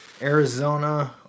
Arizona